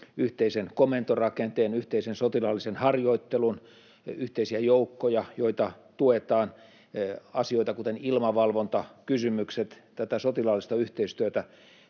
yhteisen komentorakenteen, yhteisen sotilaallisen harjoittelun, yhteisiä joukkoja, joita tuetaan, asioita, kuten ilmavalvontakysymykset, tätä sotilaallista yhteistyötä